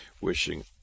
wishing